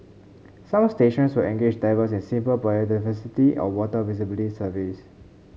some stations will engage divers in simple biodiversity or water visibility surveys